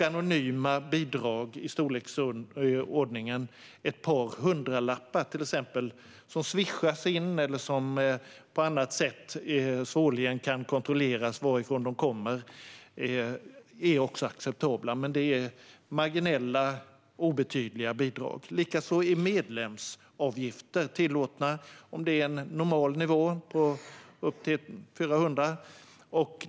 Anonyma bidrag på ett par hundralappar, som till exempel swishas in eller ges på annat sätt som gör att det svårligen kan kontrolleras varifrån de kommer, är också acceptabla. Men det rör sig om marginella, obetydliga bidrag. Likaså är medlemsavgifter tillåtna om de ligger på en normal nivå, upp till 400.